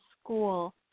school